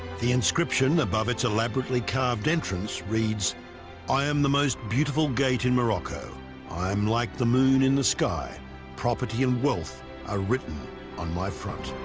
the inscription above its elaborately carved entrance reads i am the most beautiful gate in morocco i am like the moon in the sky property and wealth are written on my front